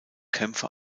kämpfe